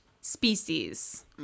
Species